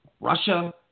Russia